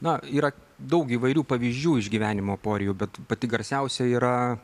na yra daug įvairių pavyzdžių iš gyvenimo aporijų bet pati garsiausia yra